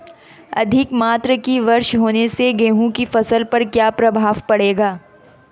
अधिक मात्रा की वर्षा होने से गेहूँ की फसल पर क्या प्रभाव पड़ेगा?